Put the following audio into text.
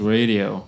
Radio